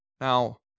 Now